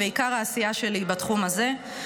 ועיקר העשייה שלי היא בתחום הזה,